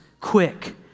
quick